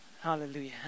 Hallelujah